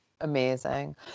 Amazing